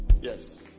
Yes